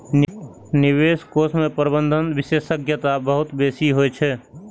निवेश कोष मे प्रबंधन विशेषज्ञता बहुत बेसी होइ छै